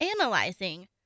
analyzing